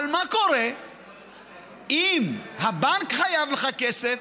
אבל מה קורה אם הבנק חייב לך כסף?